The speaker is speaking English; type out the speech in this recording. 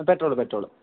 petrol petrol